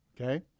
Okay